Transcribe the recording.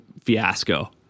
fiasco